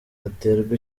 aterwa